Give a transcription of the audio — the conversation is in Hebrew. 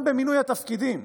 גם במינוי התפקידים,